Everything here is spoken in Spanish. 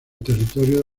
territorio